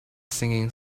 singing